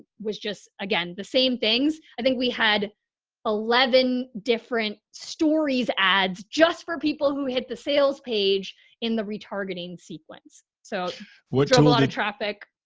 was just again the same things. i think we had eleven different stories ads just for people who hit the sales page in the retargeting sequence. so what drove a lot of traffic?